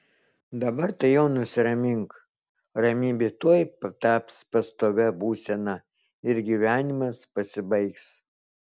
dabar tai jau nusiramink ramybė tuoj taps pastovia būsena ir gyvenimas pasibaigs